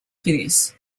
this